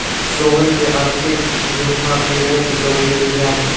सोहनने आर्थिक गुन्हा केल्याची कबुली दिली आहे